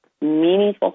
meaningful